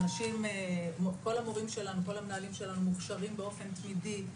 כל המורים והמנהלים שלנו מוכשרים באופן תמידי,